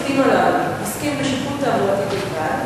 2. האם השופטים הללו עוסקים בשיפוט תעבורתי בלבד?